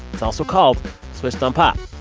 it's also called switched on pop.